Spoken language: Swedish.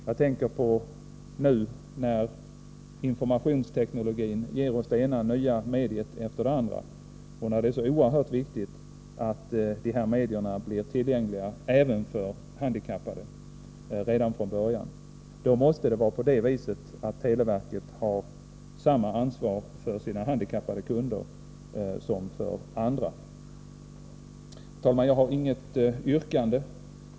Jag tänker på att informationsteknologin nu ger oss det ena nya mediet efter det andra. Det är då oerhört viktigt att dessa medier blir tillgängliga även för handikappade redan från början. Då måste televerket ha samma ansvar för sina handikappade kunder som för andra. Herr talman! Jag har inget yrkande.